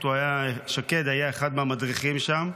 שקד היה אחד מהמדריכים שם,